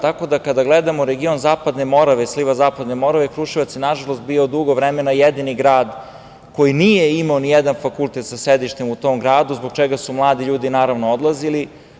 Tako da kada gledamo region, sliv Zapadne Morave, nažalost, Kruševac je bio dugo vremena jedini grad koji nije imao ni jedan fakultet sa sedištem u tom gradu zbog čega su mladi ljudi, naravno odlazili.